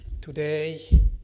Today